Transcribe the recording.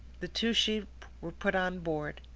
the two sheep were put on board.